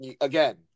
again